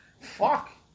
Fuck